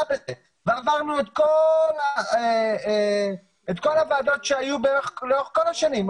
בזה ועברנו את כל הוועדות שהיו לאורך כל השנים,